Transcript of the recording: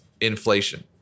inflation